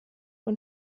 und